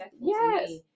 Yes